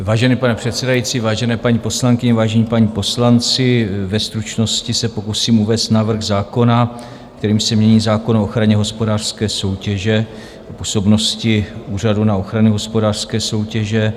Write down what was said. Vážený pane předsedající, vážené paní poslankyně, vážení páni poslanci, ve stručnosti se pokusím uvést návrh zákona, kterým se mění zákon o ochraně hospodářské soutěže, o působnosti Úřadu na ochranu hospodářské soutěže.